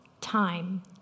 time